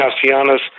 Castellanos